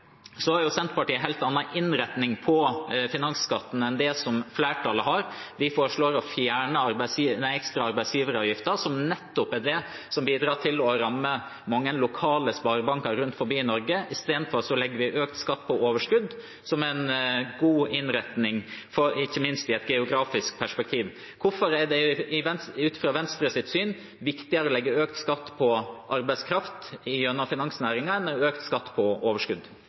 Så har Senterpartiet en helt annen innretning på finansskatten enn flertallet har. Vi foreslår å fjerne den ekstra arbeidsgiveravgiften, som nettopp er det som bidrar til å ramme mange lokale sparebanker rundt omkring i Norge. I stedet legger vi økt skatt på overskudd, som er en god innretning, ikke minst i et geografisk perspektiv. Hvorfor er det ut fra Venstres syn viktigere å legge økt skatt på arbeidskraft gjennom finansnæring enn økt skatt på overskudd?